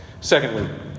Secondly